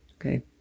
Okay